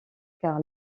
car